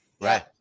Right